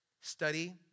Study